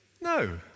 No